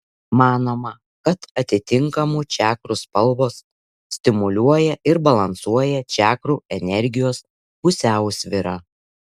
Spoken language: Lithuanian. manoma kad atitinkamų čakrų spalvos stimuliuoja ir balansuoja čakrų energijos pusiausvyrą